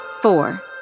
Four